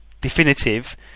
definitive